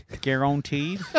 Guaranteed